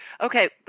Okay